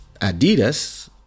adidas